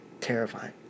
terrifying